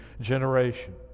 generation